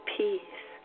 peace